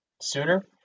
sooner